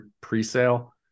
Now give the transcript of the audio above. pre-sale